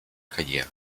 karriere